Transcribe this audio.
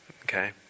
Okay